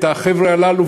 את החבר'ה הללו,